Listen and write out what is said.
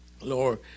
lord